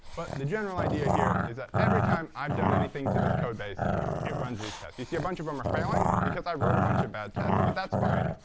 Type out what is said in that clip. but the general idea here is that every time i've done anything to this code base it runs these tests. you see a bunch of them um are failing, because i wrote a bunch of bad tests. but that's fine.